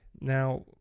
Now